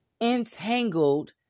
entangled